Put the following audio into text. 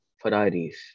Ferraris